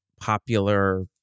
popular